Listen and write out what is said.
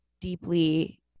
deeply